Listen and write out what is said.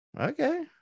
Okay